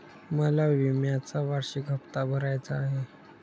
मला विम्याचा वार्षिक हप्ता भरायचा आहे